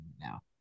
now